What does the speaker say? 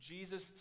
jesus